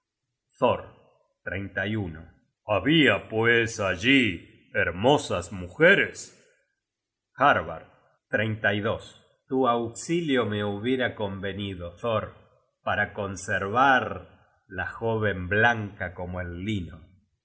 la agradó thor habia pues allí hermosas mujeres harbard tu auxilio me hubiera convenido thor para conservar la jóven blanca como el lino